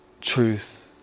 truth